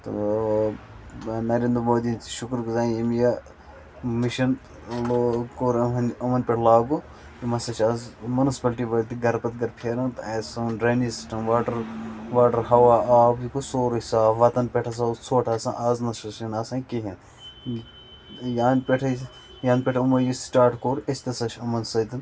تہٕ نَرندر مودی ہنٛدۍ تہِ شُکُر گُزار یٔمۍ یہِ مِشَن لوگ کوٚر اہٕنٛدۍ یِمن پٮ۪ٹھ لاگوٗ یِم ہَسا چھِ آز منسپلٹی وٲلۍ تہٕ گَرٕ پَتہٕ گَرٕ پھیران تہٕ ایز سون ڈرٛینیج سِسٹَم واٹَر واٹر ہَوا آب یہِ گوٚو سورٕے صاف وَتَن پٮ۪ٹھ ہَسا اوس ژھۄٹھ آسان آز نَسا چھُنہٕ آسان کٕہٕنۍ ینہٕ پٮ۪ٹھ أسۍ یَنہٕ پٮ۪ٹھِ یِمو یہِ سٹاٹ کوٚر أسۍ تہِ ہَسا چھِ یِمن سۭتۍ